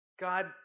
God